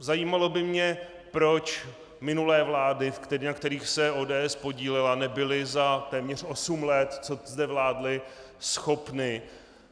Zajímalo by mě, proč minulé vlády, na kterých se ODS podílela, nebyly za téměř osm let, co zde vládly, schopny